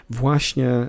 właśnie